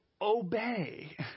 obey